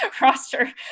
roster